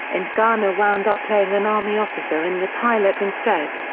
and garner wound up playing an army officer in the pilot instead.